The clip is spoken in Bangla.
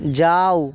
যাও